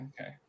Okay